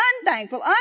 unthankful